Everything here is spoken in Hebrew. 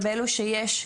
ובאלה שיש,